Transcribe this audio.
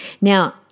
Now